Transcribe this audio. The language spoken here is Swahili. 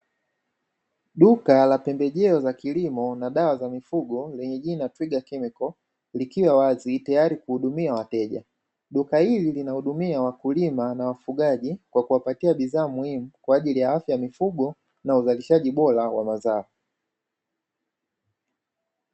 Duka la pembejeo za kilimo na dawa za mifugo lenye jina " Frida Chemical" likiwa wazi tayari kuhudumia wateja. Duka hili linahudumia wakulima na wafugaji kwa kuwapatia bidhaa muhimu, kwa ajili ya afya ya mifugo na uzalishaji bora wa mazao.